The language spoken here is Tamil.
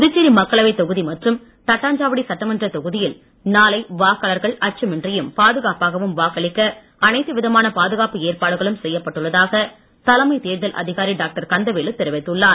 புதுச்சேரி மக்களவைத் தொகுதி மற்றும் தட்டாஞ்சாவடி சட்டமன்றத் தொகுதியில் நாளை வாக்காளர்கள் அச்சமின்றியும் பாதுகாப்பாகவும் வாக்களிக்க அனைத்து விதமான பாதுகாப்பு ஏற்பாடுகளும் செய்யப்பட்டுள்ளதாக தலைமைத் தேர்தல் அதிகாரி டாக்டர் கந்தவேலு தெரிவித்துள்ளார்